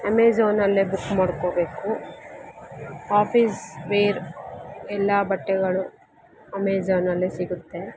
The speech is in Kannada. ಅಮೇಝಾನಲ್ಲೇ ಬುಕ್ ಮಾಡ್ಕೋಬೇಕು ಆಫೀಸ್ ವೇರ್ ಎಲ್ಲಾ ಬಟ್ಟೆಗಳು ಅಮೇಝಾನಲ್ಲೇ ಸಿಗುತ್ತೆ